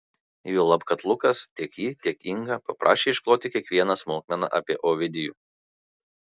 juolab kad lukas tiek jį tiek ingą paprašė iškloti kiekvieną smulkmeną apie ovidijų